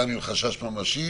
גם עם חשש ממשי